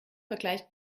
vergleicht